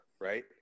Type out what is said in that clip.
right